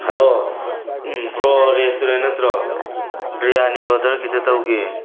hello bro restaurant ꯅꯠꯇꯔꯣ biryani order ꯈꯤꯠꯇ ꯇꯧꯒꯦ